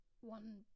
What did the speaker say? one